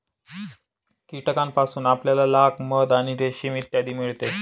कीटकांपासून आपल्याला लाख, मध आणि रेशीम इत्यादी मिळते